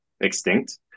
extinct